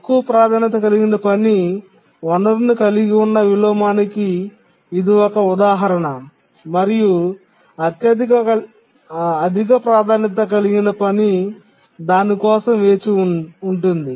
తక్కువ ప్రాధాన్యత కలిగిన పని వనరును కలిగి ఉన్న విలోమానికి ఇది ఒక ఉదాహరణ మరియు అధిక ప్రాధాన్యత కలిగిన పని దాని కోసం వేచి ఉంది